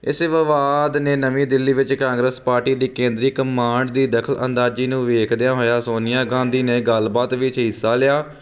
ਇਸੇ ਵਿਵਾਦ ਨੇ ਨਵੀਂ ਦਿੱਲੀ ਵਿੱਚ ਕਾਂਗਰਸ ਪਾਰਟੀ ਦੀ ਕੇਂਦਰੀ ਕਮਾਂਡ ਦੀ ਦਖਲ ਅੰਦਾਜੀ ਨੂੰ ਵੇਖਦਿਆਂ ਹੋਇਆ ਸੋਨੀਆ ਗਾਂਧੀ ਨੇ ਗੱਲਬਾਤ ਵਿੱਚ ਹਿੱਸਾ ਲਿਆ